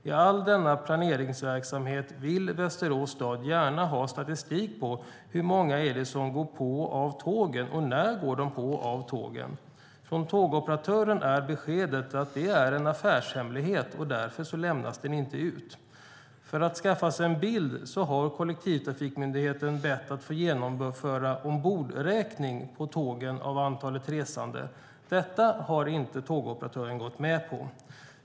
I all denna planeringsverksamhet vill Västerås stad gärna ha statistik över hur många som går på och av tågen och när de går på och av tågen. Från tågoperatören är beskedet att det är en affärshemlighet och därför lämnas den inte ut. För att skaffa sig en bild har kollektivtrafikmyndigheten bett att få genomföra ombordräkning på tågen av antalet resande. Det har tågoperatören inte gått med på.